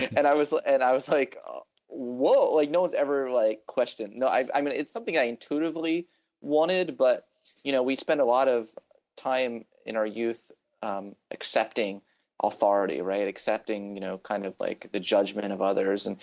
and i was and i was like wow, like no one's ever like questioned. no, i mean it's something i intuitively wanted but you know, we spend a lot of time in our youth um accepting authority right, accepting you know kind of like the judgment and of others, and